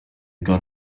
got